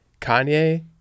Kanye